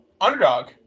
underdog